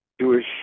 Jewish